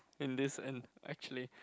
in this end actually